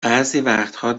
وقتها